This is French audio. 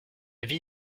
vie